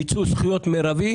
מיצוי זכויות מרבי.